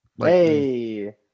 Hey